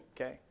okay